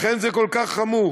לכן זה כל כך חמור.